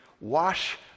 wash